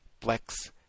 flex